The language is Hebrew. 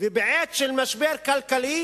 ובעת משבר כלכלי